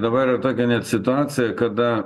dabaryra tokia net situacija kada